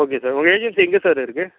okay sir உங்கள் agency எங்கே sir இருக்கு